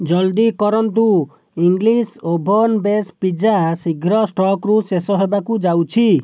ଜଲ୍ଦି କରନ୍ତୁ English oven base pizza ଶୀଘ୍ର ଷ୍ଟକ୍ରୁ ଶେଷ ହେବାକୁ ଯାଉଛି